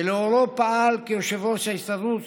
ולאורו פעל כיושב-ראש ההסתדרות